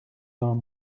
dans